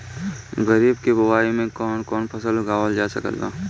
खरीब के बोआई मे कौन कौन फसल उगावाल जा सकत बा?